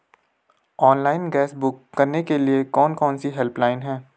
Online gas book करने के लिए कौन कौनसी हेल्पलाइन हैं?